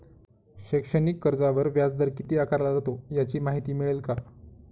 शैक्षणिक कर्जावर व्याजदर किती आकारला जातो? याची माहिती मिळेल का?